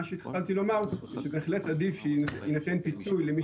מה שהתחלתי לומר זה שבהחלט עדיף שיינתן פיצוי למי